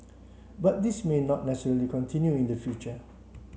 but this may not necessarily continue in the future